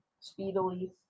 Speedily